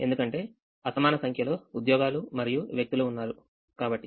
ఎందుకంటే అసమాన సంఖ్యలో ఉద్యోగాలు మరియు వ్యక్తులు ఉన్నారు కాబట్టి